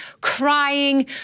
crying